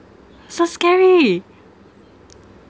so scary